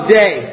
day